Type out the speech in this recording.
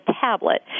tablet